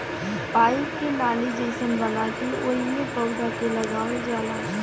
pipe के नाली जइसन बना के ओइमे पौधा के लगावल जाला